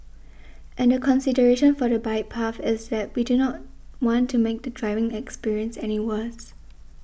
and the consideration for the bike path is that we do not want to make the driving experience any worse